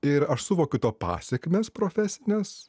ir aš suvokiu to pasekmes profesines